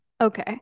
Okay